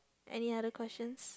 any other questions